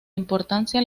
importancia